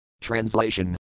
Translation